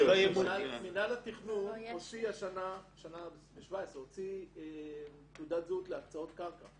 מינהל התכנון הוציא ב-2017 תעודת זהות להקצאות קרקע,